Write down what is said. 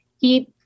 keep